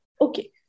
Okay